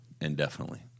indefinitely